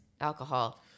alcohol